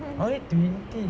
I'm only twenty